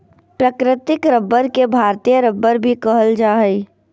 प्राकृतिक रबर के भारतीय रबर भी कहल जा हइ